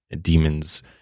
demons